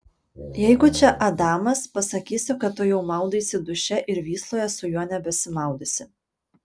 jeigu čia adamas pasakysiu kad tu jau maudaisi duše ir vysloje su juo nebesimaudysi